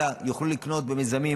אלא יוכלו לקנות במיזמים,